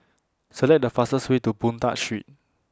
Select The fastest Way to Boon Tat Street